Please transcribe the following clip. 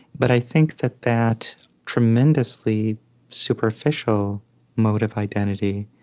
but i think that that tremendously superficial mode of identity